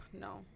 no